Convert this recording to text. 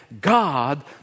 God